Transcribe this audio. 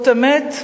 זאת אמת,